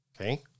okay